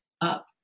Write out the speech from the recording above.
up